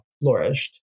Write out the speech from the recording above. flourished